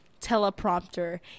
teleprompter